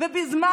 בזמן